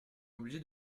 obligé